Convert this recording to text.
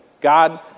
God